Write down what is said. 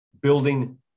building